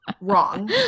wrong